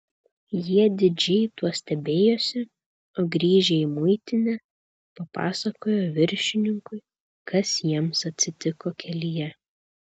jie didžiai tuo stebėjosi o grįžę į muitinę papasakojo viršininkui kas jiems atsitiko kelyje